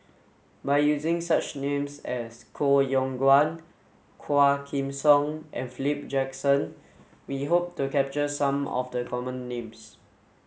by using names such as Koh Yong Guan Quah Kim Song and Philip Jackson we hope to capture some of the common names